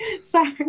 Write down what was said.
Sorry